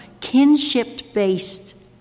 kinship-based